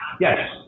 Yes